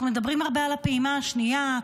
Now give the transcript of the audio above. אנחנו מדברים הרבה על הפעימה השנייה,